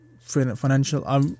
financial